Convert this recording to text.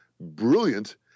brilliant